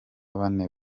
bane